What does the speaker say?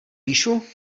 píšu